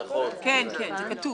נכון, זה כתוב.